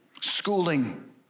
schooling